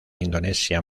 indonesia